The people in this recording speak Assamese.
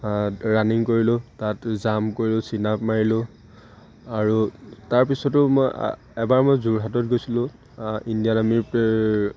ৰানিং কৰিলোঁ তাত জাম্প কৰিলোঁ চিট আপ মাৰিলোঁ আৰু তাৰপিছতো মই এবাৰ মই যোৰহাটত গৈছিলোঁ ইণ্ডিয়ান আৰ্মিৰ এই